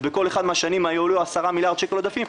ובכל אחד מהשנים היו לו 10 מיליארד שקל עודפים,